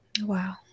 Wow